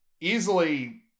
easily